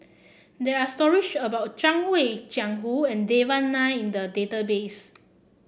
there are stories about Zhang Hui Jiang Hu and Devan Nair in the database